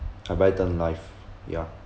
I buy term life ya